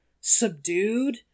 subdued